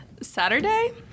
Saturday